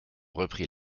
repris